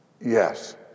Yes